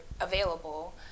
available